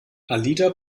alida